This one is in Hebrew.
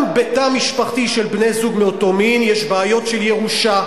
גם בתא משפחתי של בני-זוג מאותו מין יש בעיות של ירושה.